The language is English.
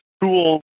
tool